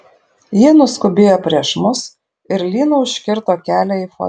jie nuskubėjo prieš mus ir lynu užkirto kelią į fojė